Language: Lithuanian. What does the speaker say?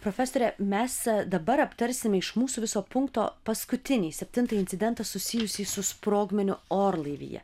profesore mes dabar aptarsime iš mūsų viso punkto paskutinį septintąjį incidentą susijusį su sprogmeniu orlaivyje